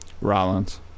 Rollins